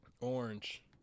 Orange